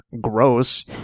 GROSS